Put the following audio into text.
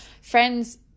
Friends